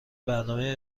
برنامه